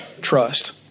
trust